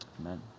Amen